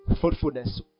fruitfulness